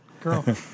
girl